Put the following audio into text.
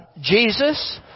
Jesus